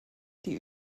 die